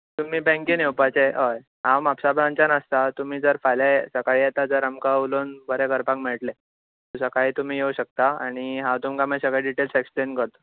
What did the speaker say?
तुमी बेंकेन येवपाचें हय हांव म्हापश्यां ब्रांचान आसता तुमी जर फाल्या ये सकाळीं येता तर आमकां उलोवन बरें करपाक मेळटले सकाळीं तुमी येवं शकता आनी हांव तुमकां मागीर सगळें डिटेल्स एक्सप्लेन करता